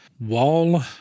Wall